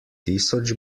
tisoč